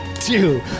two